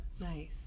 nice